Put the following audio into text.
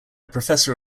professor